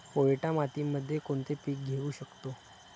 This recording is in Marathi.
पोयटा मातीमध्ये कोणते पीक घेऊ शकतो?